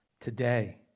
today